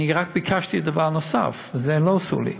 אני רק ביקשתי דבר נוסף, ואת זה הם לא עשו לי,